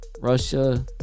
Russia